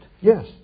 Yes